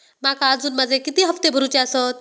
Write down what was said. माका अजून माझे किती हप्ते भरूचे आसत?